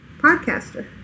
podcaster